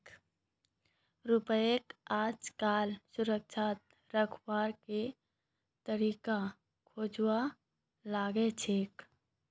रुपयाक आजकल सुरक्षित रखवार के तरीका खोजवा लागल छेक